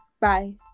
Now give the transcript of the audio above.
bye